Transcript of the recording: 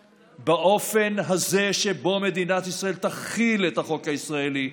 באופן הזה שבו מדינת ישראל תחיל את החוק הישראלי.